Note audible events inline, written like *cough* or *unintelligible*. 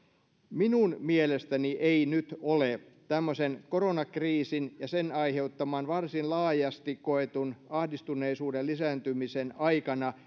minun mielestäni ei ole nyt tämmöisen koronakriisin ja sen aiheuttaman varsin laajasti koetun ahdistuneisuuden lisääntymisen aikana *unintelligible*